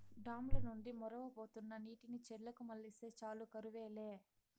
dam ల నుండి మొరవబోతున్న నీటిని చెర్లకు మల్లిస్తే చాలు కరువు లే